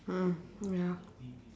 mm ya